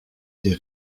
des